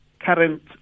current